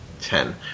Ten